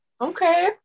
Okay